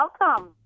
Welcome